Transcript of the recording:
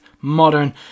modern